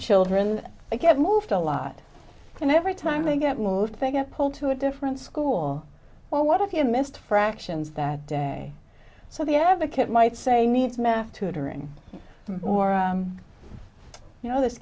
children get moved a lot and every time they get moved to get pulled to a different school well what if you missed fractions that day so the advocate might say needs meth tutoring or you know th